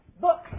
Books